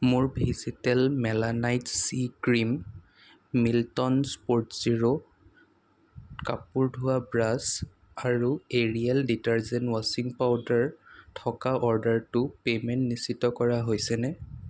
মোৰ vegetal melanite C cream Milton Spotzero কাপোৰ ধোৱাৰ ব্ৰাছ আৰু এৰিয়েল ডিটাৰজেন্ট ৱাশ্বিং পাউদাৰ থকা অৰ্ডাৰটোৰ পে'মেণ্ট নিশ্চিত কৰা হৈছেনে